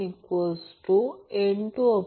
5 Ω आणि R3 0